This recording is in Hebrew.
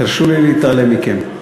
תרשו לי להתעלם מכם.